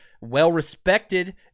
well-respected